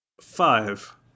Five